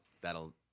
that'll